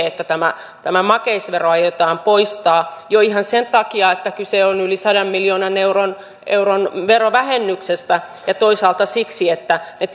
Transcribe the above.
että tämä tämä makeisvero aiotaan poistaa jo ihan sen takia että kyse on yli sadan miljoonan euron euron verovähennyksestä ja toisaalta siksi että me